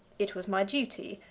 it was my duty,